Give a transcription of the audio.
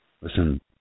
Listen